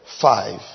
five